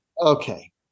Okay